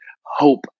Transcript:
hope